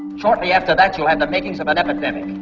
shortly after that, you'll have the makings of an epidemic